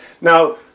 Now